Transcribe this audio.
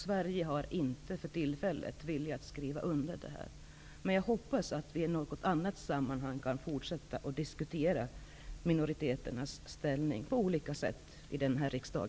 Sverige har inte för tillfället velat skriva under den. Jag hoppas att vi i något annat sammanhang kan fortsätta att diskutera minoriteternas ställning på olika sätt i denna riksdag.